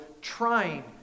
trying